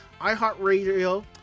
iHeartRadio